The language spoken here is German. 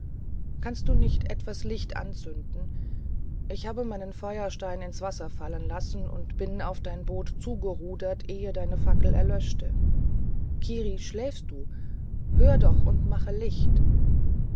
kannst du nicht etwas licht anzünden ich habe meinen feuerstein ins wasser fallen lassen und bin auf dein boot zugerudert ehe deine fackel auslöschte kiri schläfst du höre doch und mache licht